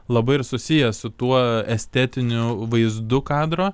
labai ir susiję su tuo estetiniu vaizdu kadro